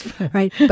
Right